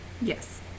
Yes